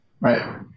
Right